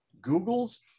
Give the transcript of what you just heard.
Google's